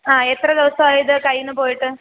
ആ എത്ര ദിവസമായി ഇത് കയ്യിൽ നിന്ന് പോയിട്ട്